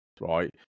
right